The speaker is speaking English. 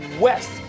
west